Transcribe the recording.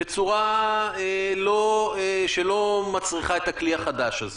בצורה שלא מצריכה את הכלי החדש הזה.